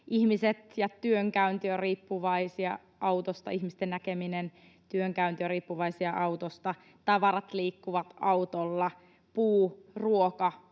Ihmisten näkeminen ja työssäkäynti ovat riippuvaisia autosta. Tavarat liikkuvat autolla, puu, ruoka,